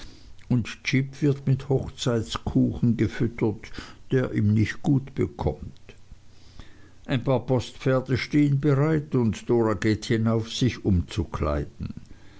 und jip wird mit hochzeitskuchen gefüttert der ihm nicht gut bekommt ein paar postpferde stehen bereit und dora geht hinauf sich